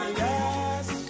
yes